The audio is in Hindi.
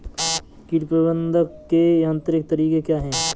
कीट प्रबंधक के यांत्रिक तरीके क्या हैं?